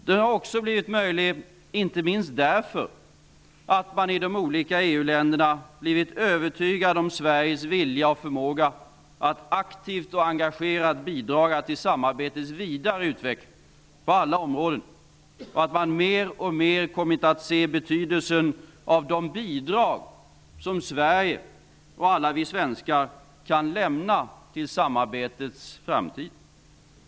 Det har också varit möjligt inte minst därför att man i de olika EU-länderna blivit övertygade om Sveriges vilja och förmåga att aktivt och engagerat bidra till samarbetets vidare utveckling på alla områden, och att man mer och mer kommit att se betydelsen av de bidrag som Sverige och alla vi svenskar kan lämna till samarbetets framtid.